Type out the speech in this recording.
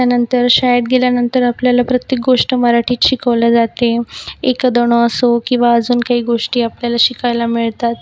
त्यानंतर शाळेत गेल्यानंतर आपल्याला प्रत्येक गोष्ट मराठीत शिकवल्या जाते एकं दोनं असो किंवा अजून काही गोष्टी आपल्याला शिकायला मिळतात